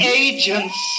agents